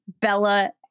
Bella